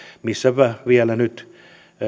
missä vielä nyt